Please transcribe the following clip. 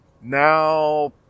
Now